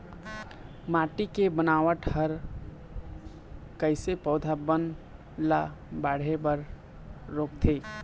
माटी के बनावट हर कइसे पौधा बन ला बाढ़े बर रोकथे?